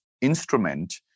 instrument